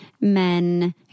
men